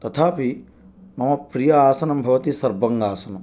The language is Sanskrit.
तथापि मम प्रीय आसनं भवति सर्वाङ्गासनम्